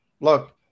look